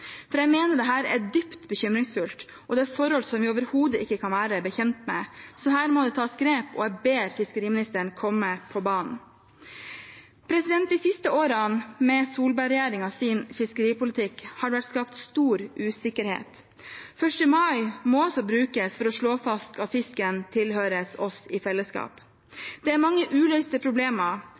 synes jeg er spesielt, for jeg mener dette er dypt bekymringsfullt, og det er forhold vi overhodet ikke kan være bekjent av. Så her må det tas grep, og jeg ber fiskeriministeren komme på banen. De siste årene med Solberg-regjeringens fiskeripolitikk har det vært skapt stor usikkerhet. 1. mai må altså brukes til å slå fast at fisken tilhører oss i fellesskap. Det er mange uløste problemer,